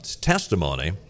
testimony